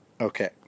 Okay